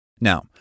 Now